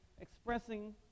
expressing